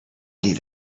need